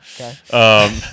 Okay